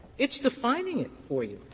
it's defining it for you.